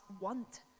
want